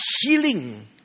healing